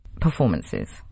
performances